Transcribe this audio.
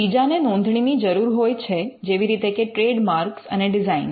બીજાને નોંધણીની જરૂર હોય છે જેવી રીતે કે ટ્રેડમાર્ક અને ડિઝાઇન